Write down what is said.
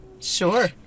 Sure